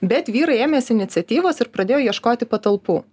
bet vyrai ėmėsi iniciatyvos ir pradėjo ieškoti patalpų